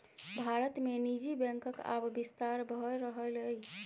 भारत मे निजी बैंकक आब बिस्तार भए रहलैए